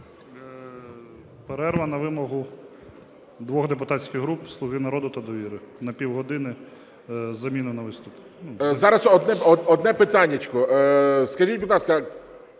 Перерва на вимогу двох депутатських груп – "Слуги народу" та "Довіри" на пів години, заміна на виступ.